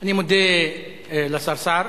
אני מודה לשר סער.